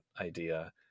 idea